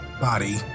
body